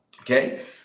Okay